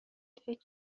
فکر